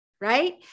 right